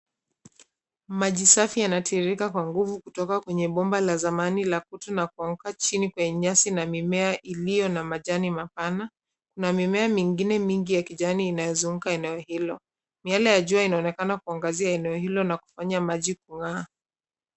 Maji safi yanatiririka kwa nguvu kutoka kwenye bomba la zamani la kutu na kuangauka chini kwenye nyasi na mimea iliyo na majani mapana na mimea mingine mingi ya kijani inayozunguka eneo hilo. Miale ya jua inaonekana kuangazia eneo hilo na kufanya maji kung'aa.